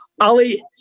Ali